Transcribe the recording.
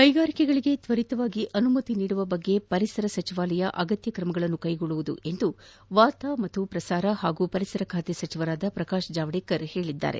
ಕೈಗಾರಿಕೆಗಳಿಗೆ ತ್ವರಿತವಾಗಿ ಅನುಮತಿ ನೀಡುವ ಕುರಿತಂತೆ ಪರಿಸರ ಸಚಿವಾಲಯ ಅಗತ್ಯ ಕ್ರಮ ಕೈಗೊಳ್ಳಲಿದೆ ಎಂದು ವಾರ್ತಾಪ್ರಸಾರ ಹಾಗೂ ಪರಿಸರ ಬಾತೆ ಸಚಿವ ಪ್ರಕಾಶ್ ಜಾವಡೇಕರ್ ಹೇಳಿದ್ದಾರೆ